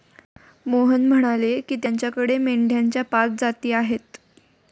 मोहन म्हणाले की, त्याच्याकडे मेंढ्यांच्या पाच जाती आहेत